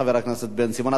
חבר הכנסת בן-סימון.